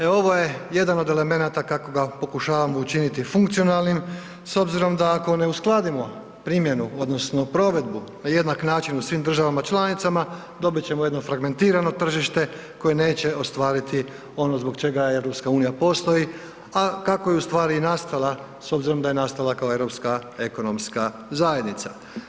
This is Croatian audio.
E ovo je jedan od elemenata kako ga pokušavamo učiniti funkcionalnim s obzirom da ako ne uskladimo primjenu odnosno provedbu na jednak način u svim državama članicama dobit ćemo jedno fragmentirano tržište koje neće ostvariti ono zbog čega EU postoji, a kako je u stvari i nastala s obzirom da je nastala europska ekonomska zajednica.